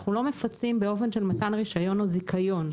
אנחנו לא מפצים באופן של מתן רישיון או זיכיון.